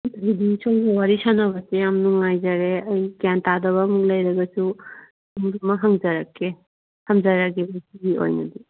ꯑꯗꯨꯗꯤ ꯁꯣꯝꯒ ꯋꯥꯔꯤ ꯁꯥꯟꯅꯕꯁꯦ ꯌꯥꯝ ꯅꯨꯡꯉꯥꯏꯖꯔꯦ ꯑꯩ ꯒ꯭ꯌꯥꯟ ꯇꯥꯗꯕ ꯑꯃꯨꯛ ꯂꯩꯔꯒꯁꯨ ꯑꯃꯨꯛ ꯍꯪꯖꯔꯛꯀꯦ ꯊꯝꯖꯔꯒꯦ ꯉꯁꯤꯒꯤ ꯑꯣꯏꯅꯗꯤ